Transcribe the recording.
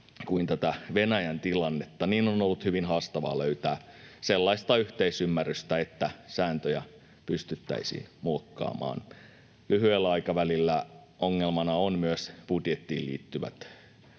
kuin tätä Venäjän tilannetta, niin että on ollut hyvin haastavaa löytää sellaista yhteisymmärrystä, että sääntöjä pystyttäisiin muokkaamaan. Lyhyellä aikavälillä ongelmana on myös budjettiin liittyvät...